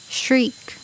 shriek